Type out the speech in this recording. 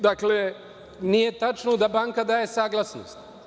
Dakle, nije tačno da banka daje saglasnost.